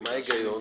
מה ההיגיון?